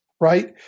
Right